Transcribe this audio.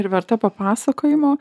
ir verta pasakojimo